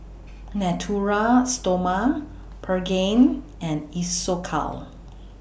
Natura Stoma Pregain and Isocal